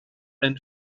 ein